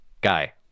guy